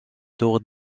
tour